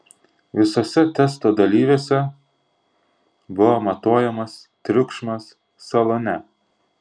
visuose testo dalyviuose buvo matuojamas triukšmas salone